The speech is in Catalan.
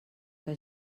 que